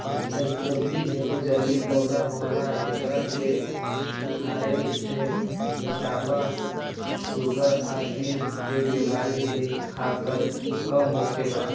जलकुम्भी एगो जलीय पौधा होला एकरा के खाए से मोटापा, शुगर आ दिल के बेमारी के खतरा कम होखेला